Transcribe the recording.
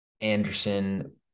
Anderson